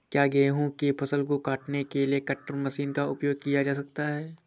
क्या गेहूँ की फसल को काटने के लिए कटर मशीन का उपयोग किया जा सकता है?